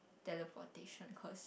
teleportation cause